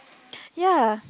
ya